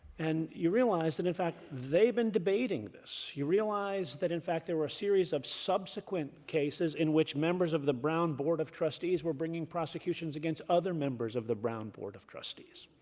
and you realize that in fact, they've been debating this. you realize that in fact, there were a series of subsequent cases in which members of the brown board of trustees were bringing prosecutions against other members of the brown board of trustees.